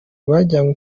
bajyanwe